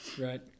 right